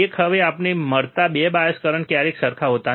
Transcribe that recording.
એક હવે આપણને મળતા 2 બાયસ કરંટ ક્યારેય સરખા નથી હોતા